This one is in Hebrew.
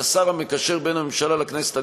כשר המקשר בין הממשלה לכנסת,